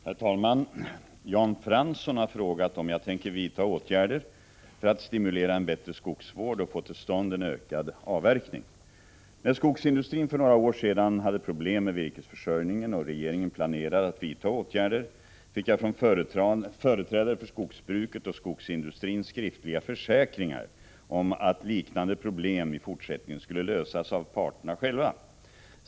Herr talman! Jan Fransson har frågat om jag tänker vidta åtgärder för att stimulera en bättre skogsvård och få till stånd en ökad avverkning. När skogsindustrin för några år sedan hade problem med virkesförsörjningen och regeringen planerade att vidta åtgärder fick jag från företrädare för skogsbruket och skogsindustrin skriftliga försäkringar om att liknande problem i fortsättningen skulle lösas av parterna själva.